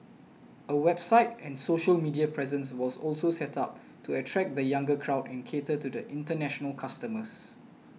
a website and social media presence was also set up to attract the younger crowd and cater to international customers